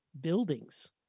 buildings